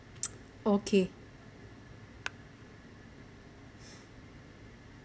okay